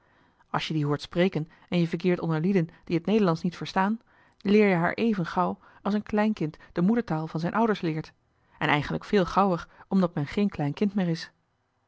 als je die hoort spreken en je verkeert onder lieden die het nederlandsch niet verstaan leer je haar even gauw als een klein kind de moedertaal van zijn ouders leert en eigenlijk veel gauwer omdat men geen klein kind meer is